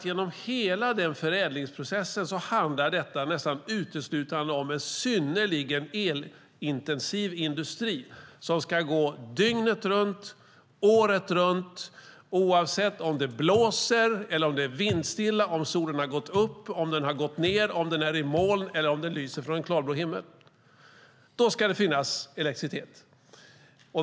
Genom hela den förädlingsprocessen handlar det nästan uteslutande om en synnerligen elintensiv industri som ska gå dygnet runt året runt, oavsett om det blåser eller om det är vindstilla, om solen har gått upp eller har gått ned, om den är i moln eller lyser från en klarblå himmel. Då ska det finnas elektricitet.